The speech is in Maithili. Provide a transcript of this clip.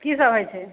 कि सब होइ छै